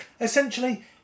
essentially